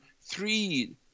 three